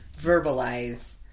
verbalize